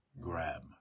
grab